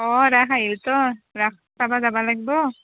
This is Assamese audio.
অঁ ৰাস আহিল টো ৰাস চাব যাব লাগিব